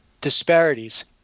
disparities